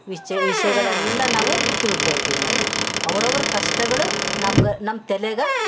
ವಿಶ್ಚಯ ವಿಷಯಗಳೆಲ್ಲಾ ನಾವು ತಿಳ್ಕೊಳ್ತೀವಿ ನಾವು ಅವರವ್ರ ಕಷ್ಟಗಳು ನಮ್ಗೆ ನಮ್ಮ ತೆಲ್ಯಾಗ